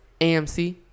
AMC